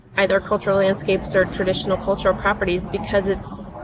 either cultural landscapes or traditional cultural properties because it's.